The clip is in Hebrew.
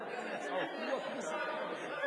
שלך.